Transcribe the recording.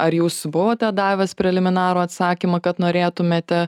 ar jūs buvote davęs preliminarų atsakymą kad norėtumėte